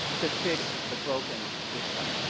to fix the broken system.